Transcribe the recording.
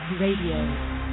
Radio